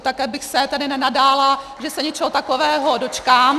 Také bych se tedy nenadála, že se něčeho takového dočkám.